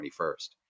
21st